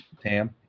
Tam